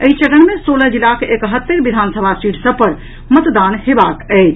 एहि चरण मे सोलह जिलाक एकहत्तरि विधानसभा सीट सभ पर मतदान हेबाक अछि